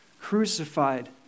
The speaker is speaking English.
crucified